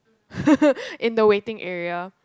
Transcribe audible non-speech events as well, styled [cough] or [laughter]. [laughs] in the waiting area